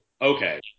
okay